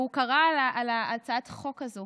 הוא קרא על הצעת החוק הזאת